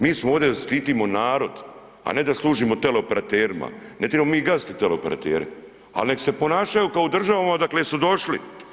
Mi smo ovdje da štitimo narod, a ne da služimo teleoperaterima, ne tribamo mi gaziti teleoperatere al nek se ponašaju kao u državama odakle su došli.